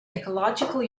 ecological